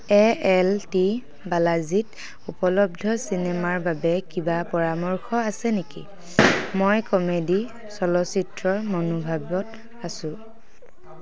এ L T বালাজীত উপলব্ধ চিনেমাৰ বাবে কিবা পৰামৰ্শ আছে নেকি মই কমেডী চলচ্চিত্ৰৰ মনোভাৱত আছোঁ